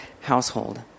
household